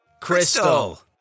Crystal